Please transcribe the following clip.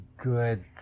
good